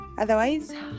otherwise